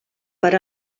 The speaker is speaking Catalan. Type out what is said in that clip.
per